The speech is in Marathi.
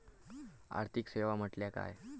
आर्थिक सेवा म्हटल्या काय?